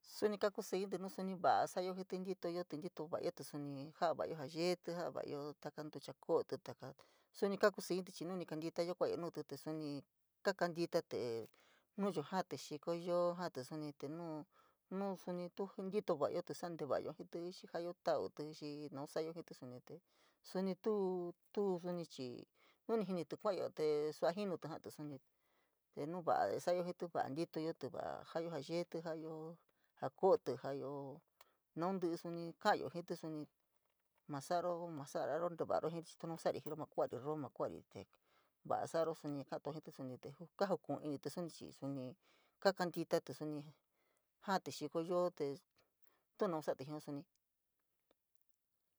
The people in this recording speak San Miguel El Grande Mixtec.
Suni kakusí intí nu suni va’a sa’ayo jítí, ntitoyotí suni ja’a vayo jaa yeetí, ja’a vayo taka ntucha koote takaa, suni kaa kusííintí te nuyo jantí xiko yo, jaantí suni te nuu, nuu suni tu ntito va’ayo, sa’a ntevayo xii jayo tautí xii nau so’ayo jítí suni, suni tuu, tuu chii nu ni jinítí kua’ayo te sua jinutí jaatí suni te nu va’a sa’ayo jítí, va’a ntitoyotí va’a jaa yeetí, jo’ayo jaa ko’otí, ja’ayo naun ntí’í suni kaayo jítí, va’a ntitoyotí va’a jaa yeetí, jo’ayo jaa ko’otí, ja’ayo naun ntí’í suni kaayo jítí, va’a ntitoyotí va’a jaa yeetí, jo’ayo jaa ko’otí, ja’ayo naun ntí’í suni kaayo jítí, suni maa saro, maa masagoro te va’ara jiiri chii tuy nasari jiiro, maa kuari rro, maa kuari te, va’a saro suni, kaato jití suni te kajuku’un inití suni chii, suni kakantiratí, te suni jaantí xiko yoo te nau sa’atí jioo suni.